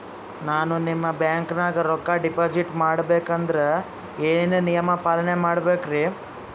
ನಾನು ನಿಮ್ಮ ಬ್ಯಾಂಕನಾಗ ರೊಕ್ಕಾ ಡಿಪಾಜಿಟ್ ಮಾಡ ಬೇಕಂದ್ರ ಏನೇನು ನಿಯಮ ಪಾಲನೇ ಮಾಡ್ಬೇಕ್ರಿ?